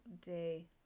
day